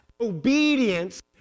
obedience